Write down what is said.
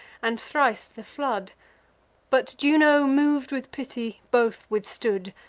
and thrice the flood but juno, mov'd with pity, both withstood.